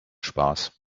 spaß